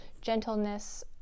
gentleness